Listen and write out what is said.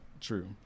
True